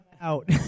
out